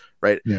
right